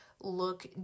look